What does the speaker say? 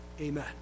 Amen